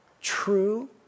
true